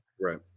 Right